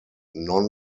non